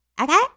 Okay